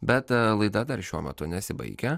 bet laida dar šiuo metu nesibaigia